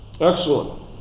Excellent